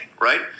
right